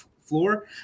floor